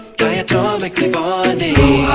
diatomically bonding